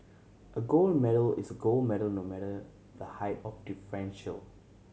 a gold medal is gold medal no matter the height of differential